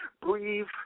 breathe